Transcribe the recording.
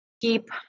Keep